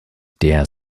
der